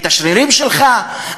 את השרירים שלך,